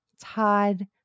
Todd